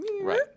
right